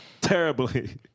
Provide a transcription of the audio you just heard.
terribly